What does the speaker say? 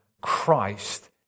Christ